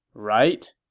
right?